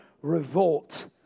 revolt